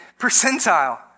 percentile